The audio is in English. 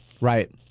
Right